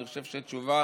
אני חושב שהתשובה